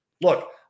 Look